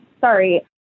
sorry